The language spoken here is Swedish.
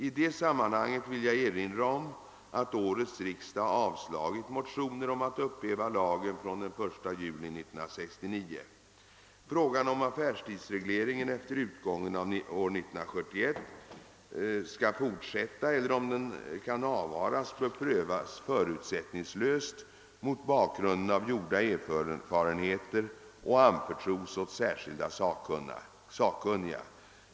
I det sammanhanget vill jag erinra om att årets riksdag avslagit motioner om att upphäva lagen från den 1 juli 1969. Frågan, om affärstidsregleringen efter utgången av år 1971 skall fortsätta eller om den kan avvaras, bör prövas förutsättningslöst mot bakgrunden av gjorda erfarenheter och anförtros åt särskilda sakkunniga.